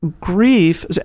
grief